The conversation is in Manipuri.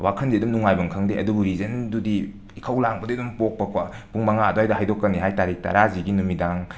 ꯋꯥꯈꯜꯁꯦ ꯑꯗꯨꯝ ꯅꯨꯡꯉꯥꯏꯐꯝ ꯈꯪꯗꯦ ꯑꯗꯨꯕꯨ ꯔꯤꯖꯟꯗꯨꯗꯤ ꯏꯈꯧ ꯂꯥꯡꯕꯗꯤ ꯑꯗꯨꯝ ꯄꯣꯛꯄꯀꯣ ꯄꯨꯡ ꯃꯉꯥꯗ ꯑꯗꯨꯋꯥꯏꯗ ꯍꯥꯏꯗꯣꯛꯀꯅꯤ ꯍꯥꯏ ꯇꯥꯔꯤꯛ ꯇꯔꯥꯁꯤꯒꯤ ꯅꯨꯃꯤꯗꯥꯡꯒꯤ